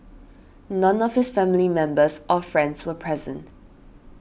none of his family members or friends were present